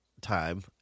time